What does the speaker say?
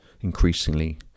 increasingly